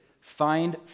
Find